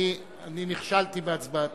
אני נכשלתי בהצבעתי.